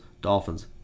Dolphins